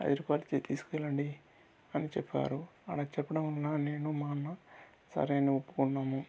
ఐదు రూపాయలకి తీసుకెళ్లండి అని చెప్పారు అలా చెప్పడం వలన నేను మా అన్న సరే అని ఒప్పుకున్నాము